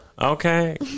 Okay